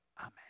Amen